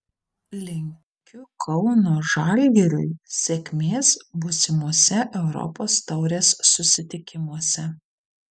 linkiu kauno žalgiriui sėkmės būsimose europos taurės susitikimuose